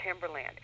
timberland